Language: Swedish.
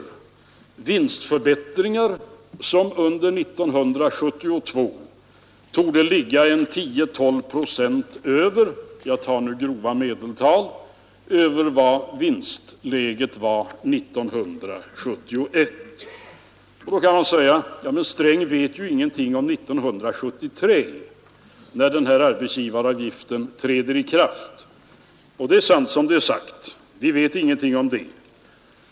Dessa vinstförbättringar torde under 1972 ligga 10—12 procent över — jag tar nu grova medeltal — vad vinstläget var 1971, Då kan man säga: ”Ja, men Sträng vet ju ingenting om 1973, när den här arbetsgivaravgiften träder i kraft.” Och det är sant som det är sagt. Vi vet ingenting om det.